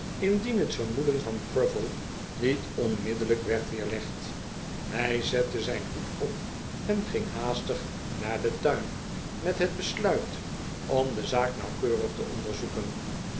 indien het vermoeden van pruffle niet onmiddellijk werd weerlegd hij zette zijn hoed op en ging haastig naar den tui n met het besluit om de zaak nauwkeurig te onderzoeken